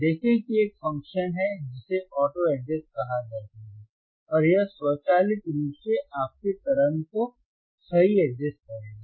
देखें कि एक फ़ंक्शन है जिसे ऑटो एडजस्ट कहा जाता है और यह स्वचालित रूप से आपके तरंग को सही एडजस्ट करेगा